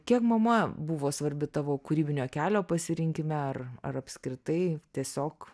kiek mama buvo svarbi tavo kūrybinio kelio pasirinkime ar ar apskritai tiesiog